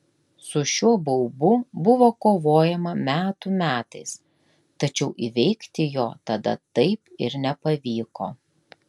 su šiuo baubu buvo kovojama metų metais tačiau įveikti jo tada taip ir nepavyko